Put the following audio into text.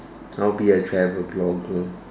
I'll be a travel blogger